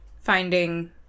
finding